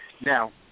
Now